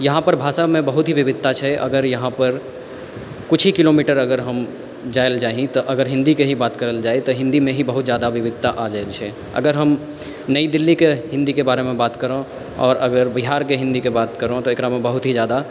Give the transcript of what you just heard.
यहाँपर भाषामे बहुत ही विविधता छै अगर यहाँपर किछु ही किलोमीटर अगर हम जाएल जाही तऽ अगर हिन्दीके ही बात करल जाइ तऽ हिन्दीमे ही बहुत ज्यादा विविधता आ जाएल छै अगर हम नई दिल्लीके हिन्दीके बारेमे बात करोँ आओर अगर बिहारके हिन्दीके बात करोँ तऽ बहुत ही ज्यादा